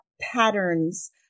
patterns